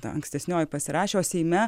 ta ankstesnioji pasirašė o seime